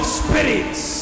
spirits